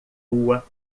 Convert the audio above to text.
rua